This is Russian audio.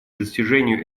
достижению